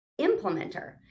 implementer